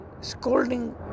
scolding